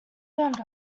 burned